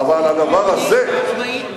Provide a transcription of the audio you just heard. עצמאית?